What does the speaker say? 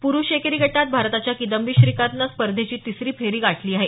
पुरुष एकेरी गटात भारताच्या किदंबी श्रीकांतने स्पर्धेची तिसरी फेरी गाठली आहे